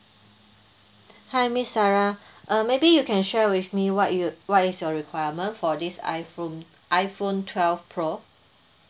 hi miss sarah uh maybe you can share with me what you what is your requirement for this iphone iphone twelve pro